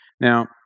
Now